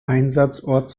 einsatzort